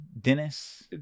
Dennis